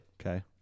Okay